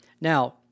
Now